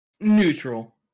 Neutral